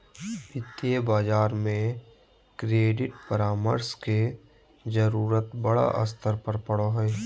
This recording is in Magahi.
वित्तीय बाजार में क्रेडिट परामर्श के जरूरत बड़ा स्तर पर पड़ो हइ